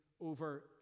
over